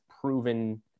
proven